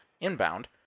inbound